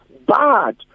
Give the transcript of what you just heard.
bad